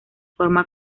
forma